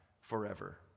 forever